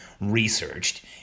researched